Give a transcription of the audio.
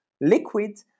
liquid